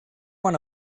one